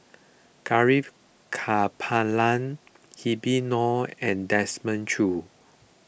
Gaurav Kripalani Habib Noh and Desmond Choo